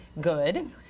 good